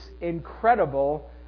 incredible